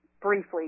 Briefly